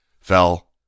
fell